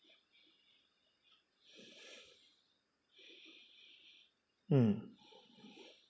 hmm